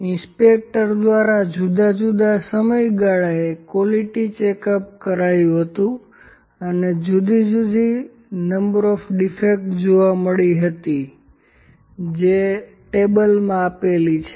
inspector દ્વારા જુદા જુદા સમયગાળા એ ક્વોલિટી ચેકઅપ કરાયું હતું અને જુદી જુદી નંબર ઓફ ડીફેક્ટ જોવા મળી હતી જે નીચે કોષ્ટકમાં આપેલ છે